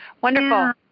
Wonderful